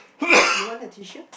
you want a tissue